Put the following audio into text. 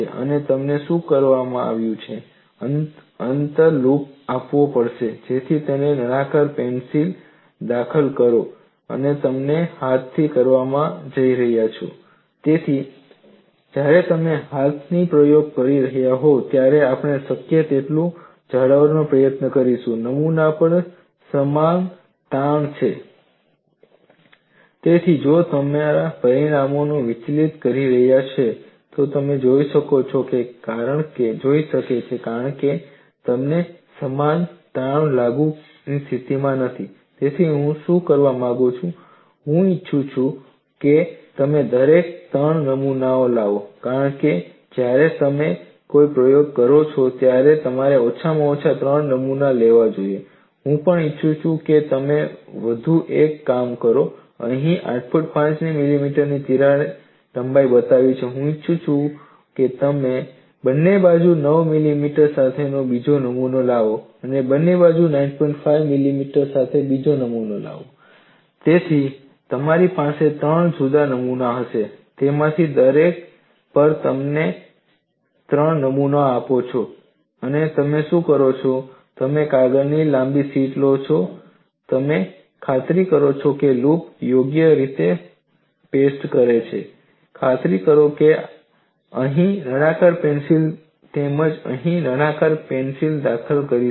અને તમારે શું કરવાનું છે તમારે અંત લૂપ આપવો પડશે જેથી તમે તેમાં નળાકાર પેંસિલ દાખલ કરી શકો